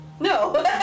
No